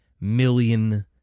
million